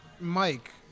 Mike